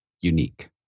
unique